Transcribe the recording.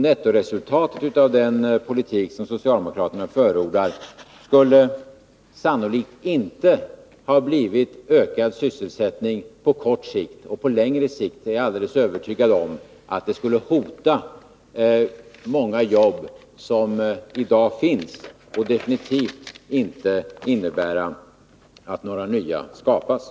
Nettoresultatet av den politik som socialdemokraterna förordar skulle därför sannolikt inte ens ha blivit ökad sysselsättning på kort sikt, och jag är alldeles övertygad om att den politiken på längre sikt skulle hota många jobb som i dag finns. Och den skulle som sagt definitivt inte innebära att några nya skapades.